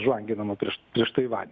žvanginama prieš prieštaivanį